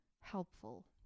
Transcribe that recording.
helpful